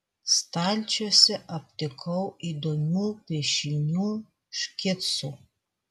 stalčiuose aptikau įdomių piešinių škicų